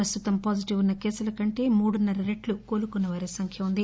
ప్రస్తుతం పాజిటివ్ ఉన్న కేసుల కంటే మూడున్నర రెట్లు కోలుకున్న వారి సంఖ్య చేరుకుంది